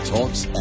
Talks